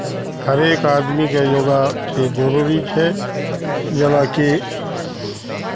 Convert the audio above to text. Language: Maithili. हरेक आदमीकेँ योगाके जरूरी छै जेनाकि